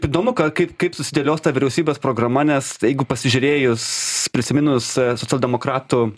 įdomu ką kaip kaip susidėlios ta vyriausybės programa nes jeigu pasižiūrėjus prisiminus socialdemokratų